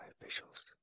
officials